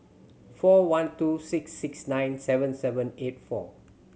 four one two six six nine seven seven eight four